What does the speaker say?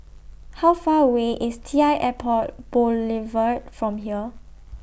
How Far away IS T L Airport Boulevard from here